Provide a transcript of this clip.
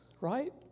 right